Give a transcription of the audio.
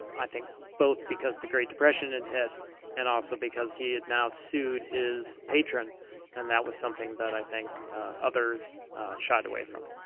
i think both because the great depression had and hit and also because he had now sued his patron and that was something that i think others shied away from.